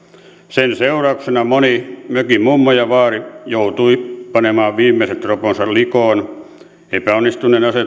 sen seurauksena moni mökin mummo ja vaari joutui panemaan viimeiset roponsa likoon asetuksen epäonnistuneen